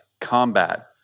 combat